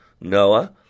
Noah